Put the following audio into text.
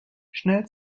schnell